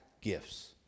gifts